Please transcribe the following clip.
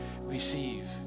receive